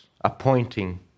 appointing